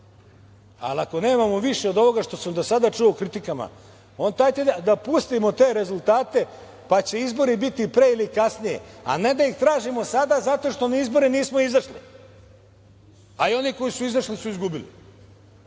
ali ako nemamo više od ovoga što sam do sada čuo u kritikama, onda dajte da pustimo te rezultate, pa će izbori biti pre ili kasnije, a ne da ih tražimo sada zato što na izbore nismo izašli, a i oni koji su izašli su izgubili.